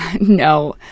No